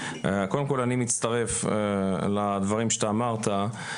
קודם כל אני מצטרף לדברים שאתה אמרת.